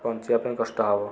ବଞ୍ଚିବା ପାଇଁ କଷ୍ଟ ହବ